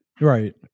right